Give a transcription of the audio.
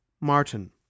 Martin